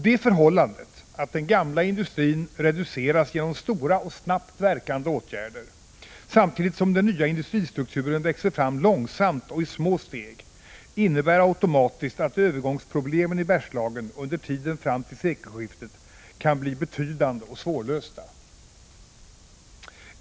Det förhållandet att den gamla industrin reduceras genom stora och snabbt verkande åtgärder, samtidigt som den nya industristrukturen växer fram långsamt och i små steg, innebär automatiskt att övergångsproblemen i Bergslagen under tiden fram till sekelskiftet kan bli betydande och svårlösta.